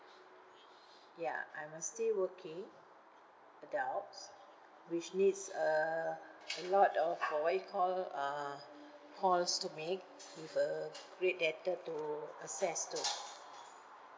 ya I'm uh still working adults which needs uh a lot of uh what you call uh calls to make with a great data to access to